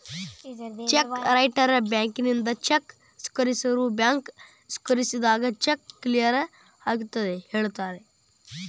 check writer ಬ್ಯಾಂಕಿನಿಂದ cheque ಸ್ವೇಕರಿಸೋರ್ bank ಸ್ವೇಕರಿಸಿದಾಗ ಚೆಕ್ ಕ್ಲಿಯರ್ ಆಗೆದಂತ ಹೇಳ್ತಾರ